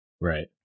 Right